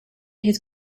his